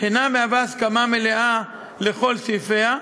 אינה הסכמה מלאה לכל סעיפיה,